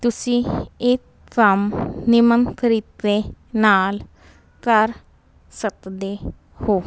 ਤੁਸੀਂ ਇਹ ਫਾਰਮ ਨਿਯਮਿਤ ਤਰੀਕੇ ਨਾਲ ਭਰ ਸਕਦੇ ਹੋ